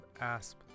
asp